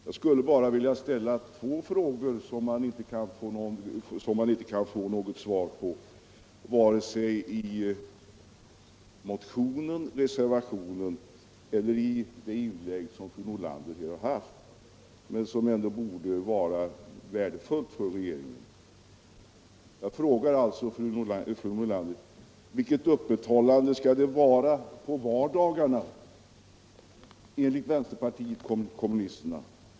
Jag skulle vilja ställa två frågor som man inte kan få svar på i vare sig motionen, reservationen eller fru Nordlanders inlägg men som det borde vara värdefullt för regeringen att få besvarade. Jag frågar alltså fru Nordlander: Vilket öppethållande skall det vara på vardagarna enligt vänsterpartiet kommunisterna?